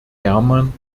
herman